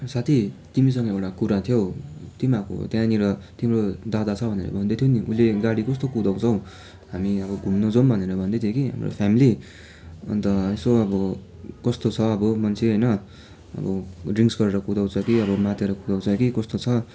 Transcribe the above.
साथी तिमीसँग एउटा कुरा थियो तिमीहरूको त्यहाँनिर तिम्रो दादा छ भनेर भन्दै थियौ नि उसले गाडी कस्तो कुदाउँछ हो हामी अब घुम्न जाऊँ भनेर भन्दै थियौँ कि हाम्रो फ्यामिली अन्त यसो अब कस्तो छ अब मान्छे होइन अब ड्रिङ्कस गरेर कुदाउँछ कि अब मातेर कुदाउँछ कि अब कस्तो छ